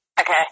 Okay